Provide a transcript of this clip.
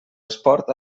esport